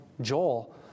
Joel